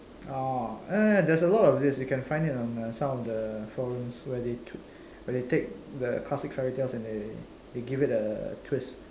orh err there's a lot of this you can find it on uh some of the forums where they t~ where they take the classic fairy tales and they they give it a twist